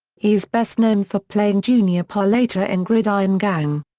he is best known for playing junior palaita in gridiron gang.